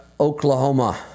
Oklahoma